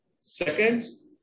seconds